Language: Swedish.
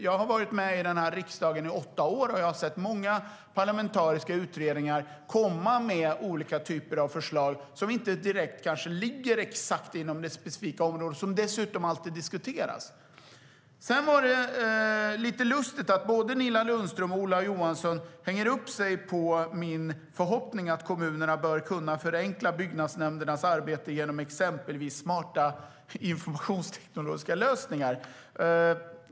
Jag har varit med i riksdagen i åtta år, och jag har sett många parlamentariska utredningar komma med olika typer av förslag som kanske inte ligger exakt inom det specifika området. Det är lite lustigt att både Nina Lundström och Ola Johansson hänger upp sig på min förhoppning att kommunerna bör kunna förenkla byggnadsnämndernas arbete genom exempelvis smarta informationsteknologiska lösningar.